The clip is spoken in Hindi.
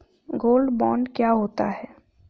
गोल्ड बॉन्ड क्या होता है?